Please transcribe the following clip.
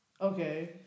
Okay